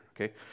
okay